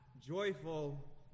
joyful